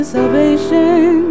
salvation